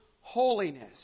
holiness